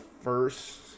first